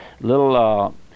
little